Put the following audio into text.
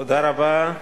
תודה רבה.